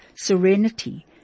serenity